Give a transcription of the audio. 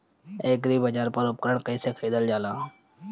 एग्रीबाजार पर उपकरण कइसे खरीदल जाला?